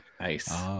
nice